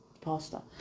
pasta